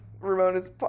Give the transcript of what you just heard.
Ramona's